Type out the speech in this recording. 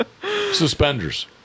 Suspenders